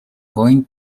going